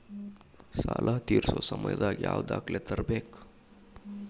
ಸಾಲಾ ತೇರ್ಸೋ ಸಮಯದಾಗ ಯಾವ ದಾಖಲೆ ತರ್ಬೇಕು?